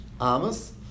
Amas